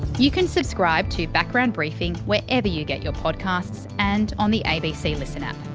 you can subscribe to background briefing wherever you get your podcasts, and on the abc listen app.